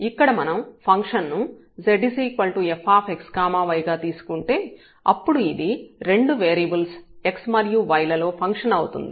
ఇక్కడ మనం ఫంక్షన్ ను zfx y గా తీసుకుంటే అప్పుడు ఇది రెండు వేరియబుల్స్ x మరియు y లలో ఫంక్షన్ అవుతుంది